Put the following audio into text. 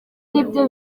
nibyo